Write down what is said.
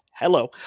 Hello